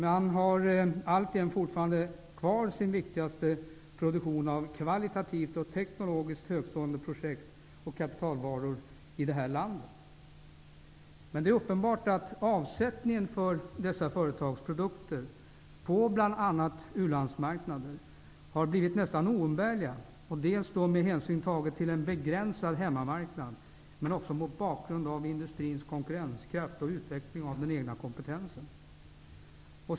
De har fortfarande kvar sin viktigaste produktion av kvalitativt och teknologiskt högtstående projekt och kapitalvaror i Sverige, men det är uppenbart att avsättningen för dessa företags produkter på bl.a. ulandsmarknader har blivit nästan oumbärlig, dels med hänsyn tagen till en begränsad hemmamarknad, dels mot bakgrund av industrins konkurrenskraft och utveckling av den egna kompetensen.